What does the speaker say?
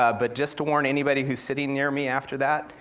ah but just to warn anybody who's sitting near me after that,